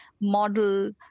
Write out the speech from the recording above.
model